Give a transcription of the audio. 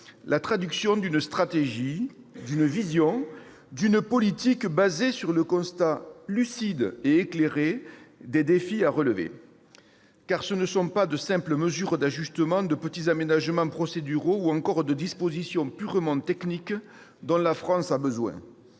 la traduction d'une stratégie, d'une vision, d'une politique s'appuyant sur le constat, lucide et éclairé, des défis à relever. Car ce ne sont pas de simples mesures d'ajustement, de petits aménagements procéduraux ou encore de dispositions purement techniques dont la France a besoin